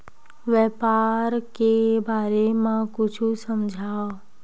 व्यापार के बारे म कुछु समझाव?